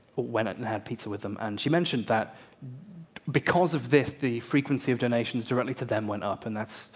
went out and had pizza with them. and she mentioned that because of this, the frequency of donations directly to them went up and that's